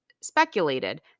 speculated